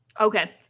Okay